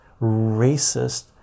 racist